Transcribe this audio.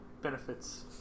benefits